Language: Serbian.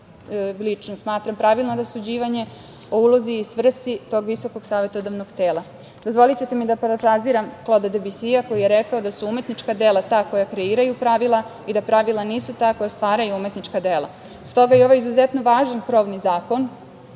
lično smatram, pravilno rasuđivanje o ulozi i svrsi tog visokog savetodavnog tela. Dozvoliće mi da parafraziram Kloda Debisija koji je rekao da su umetnička dela ta koja kreiraju pravila i da pravila nisu ta koja stvaraju umetnička dela. Stoga i ovo izuzetno važan krovni zakon